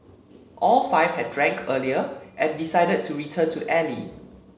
all five had drank earlier and decided to return to the alley